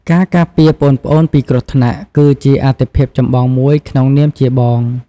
ការការពារប្អូនៗពីគ្រោះថ្នាក់ គឺជាអាទិភាពចម្បងមួយក្នុងនាមជាបង។